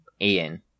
Ian